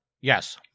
Yes